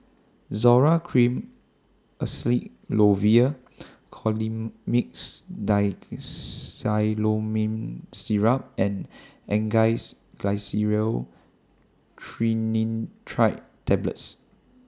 Zoral Cream Acyclovir Colimix Dicyclomine Syrup and Angised Glyceryl Trinitrate Tablets